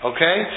Okay